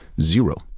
Zero